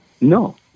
No